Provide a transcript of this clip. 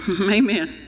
Amen